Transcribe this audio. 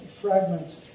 fragments